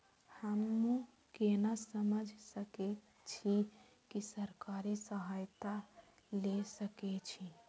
हमू केना समझ सके छी की सरकारी सहायता ले सके छी?